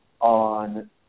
on